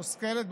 מושכלת,